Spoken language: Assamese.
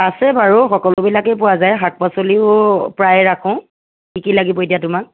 আছে বাৰু সকলোবিলাকে পোৱা যায় শাক পাচলিও প্ৰায় ৰাখো কি কি লাগিব এতিয়া তোমাক